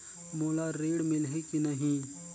मोला ऋण मिलही की नहीं?